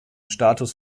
status